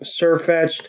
Surfetched